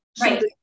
Right